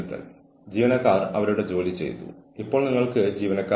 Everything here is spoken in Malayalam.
നിങ്ങൾ ഒന്നിനും കൊള്ളാത്തവരാണ് നിങ്ങൾ ഒന്നിനും അർഹരല്ല ഇത് നിങ്ങൾക്ക് നൽകരുത്